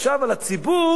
הוא צריך זמן.